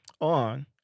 on